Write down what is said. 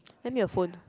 lend me your phone